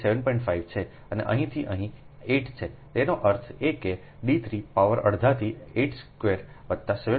5 છે અને અહીંથી અહીં 8 છેતેનો અર્થ એ કે d 3 પાવર અડધાથી 8 સ્ક્વેર વત્તા 7